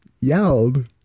yelled